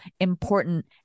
important